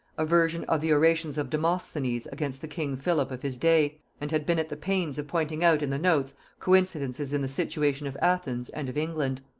a version of the orations of demosthenes against the king philip of his day, and had been at the pains of pointing out in the notes coincidences in the situation of athens and of england.